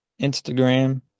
Instagram